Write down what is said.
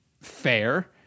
fair